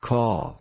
Call